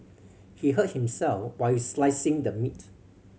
he hurt himself while slicing the meat